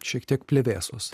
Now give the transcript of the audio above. šiek tiek plevėsos